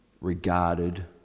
regarded